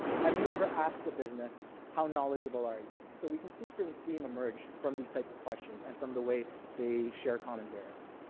have you ever asked a business how knowledgeable are you? so we can see a certain theme emerge from these types of questions, and from the way they share common variance.